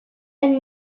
and